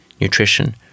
nutrition